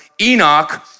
Enoch